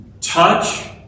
touch